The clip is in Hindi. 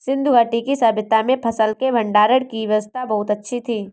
सिंधु घाटी की सभय्ता में फसल के भंडारण की व्यवस्था बहुत अच्छी थी